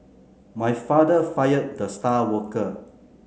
my father fired the star worker